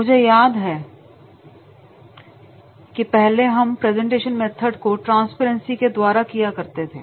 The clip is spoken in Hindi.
मुझे याद है कि पहले हम प्रेजेंटेशन मेथड को ट्रांसपेरेंसी के द्वारा किया करते थे